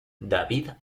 david